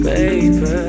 Baby